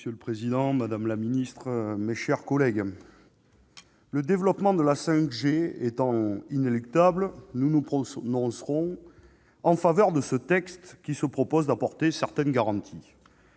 Monsieur le président, madame la secrétaire d'État, mes chers collègues, le développement de la 5G étant inéluctable, nous nous prononcerons en faveur du présent texte, qui vise à apporter certaines garanties.